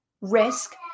risk